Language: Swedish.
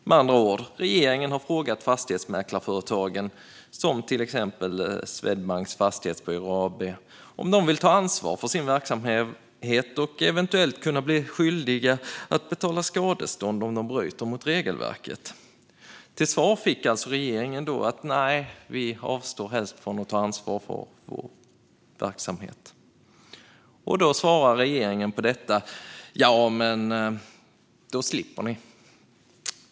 Med andra ord: Regeringen har frågat fastighetsmäklarföretagen, till exempel Swedbank Fastighetsbyrå AB, om de vill ta ansvar för sin verksamhet och eventuellt kunna bli skyldiga att betala skadestånd om de bryter mot regelverket. Till svar fick regeringen: Nej, vi avstår helst från att ta ansvar för vår verksamhet. På detta svarar regeringen: Då slipper ni.